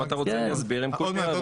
אם אתה רוצה, אני אסביר.